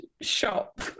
shop